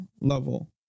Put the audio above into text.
level